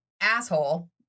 asshole